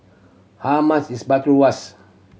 how much is